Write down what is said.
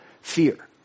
Fear